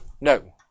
No